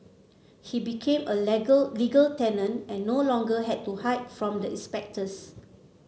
he became a legal tenant and no longer had to hide from the inspectors